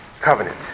covenant